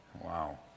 Wow